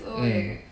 mm